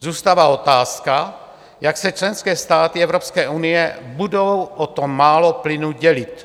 Zůstává otázka, jak se členské státy Evropské unie budou o to málo plynu dělit.